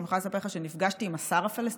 אני גם יכולה לספר לך שנפגשתי באוגוסט עם השר הפלסטיני,